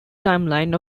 timeline